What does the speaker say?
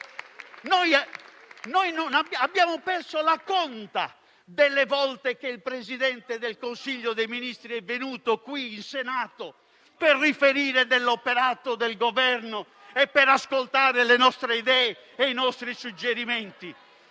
Abbiamo perso la conta delle volte in cui il Presidente del Consiglio dei ministri è venuto qui in Senato per riferire dell'operato del Governo e per ascoltare le nostre idee e i nostri suggerimenti.